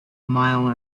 mile